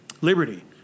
liberty